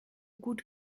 gut